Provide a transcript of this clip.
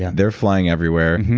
yeah they're flying everywhere.